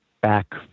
back